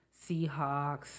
Seahawks